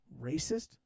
Racist